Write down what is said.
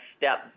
step